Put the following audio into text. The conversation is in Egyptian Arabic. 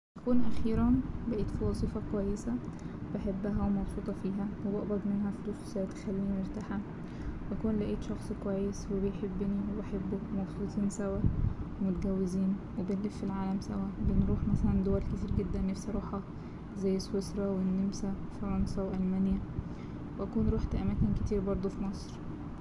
أكون أخيرا بقيت في وظيفة كويسة بحبها ومبسوطة فيها وبقبض منها فلوس تخليني مرتاحة وأكون لقيت شخص كويس وبيحبني وبحبه ومبسوطين سوا ومتجوزين وبنلف العالم سوا بنروح مثلا دول كتير جدا نفسي اروحها زي سويسرا والنمسا وفرنسا وألمانيا واكون روحت أماكن كتير بردو في مصر.